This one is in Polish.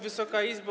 Wysoka Izbo!